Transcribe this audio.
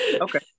Okay